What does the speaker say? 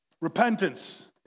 Repentance